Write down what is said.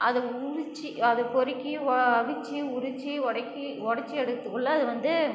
அதை உரித்து அதை பொருக்கி அவிச்சு உரித்து உடக்கி உடச்சி எடுக்குறதுக்குள்ளே அது வந்து